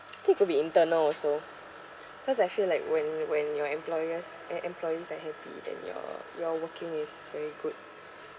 think could be internal also cause I feel like when when your employers eh employees are happy then you're you're working is very good